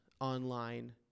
online